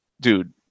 dude